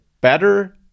better